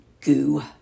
goo